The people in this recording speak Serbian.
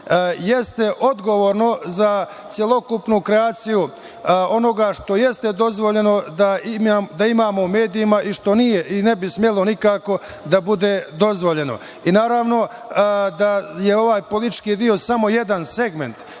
jeste odgovorno za celokupnu kreaciju onoga što jeste dozvoljeno da imamo u medijima i što nije i ne bi smelo nikako da bude dozvoljeno. Naravno da je ovaj politički deo samo jedan segment